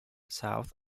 south